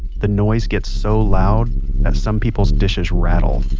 the noise gets so loud that some people's dishes rattle.